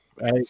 right